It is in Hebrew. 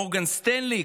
מורגן סטנלי,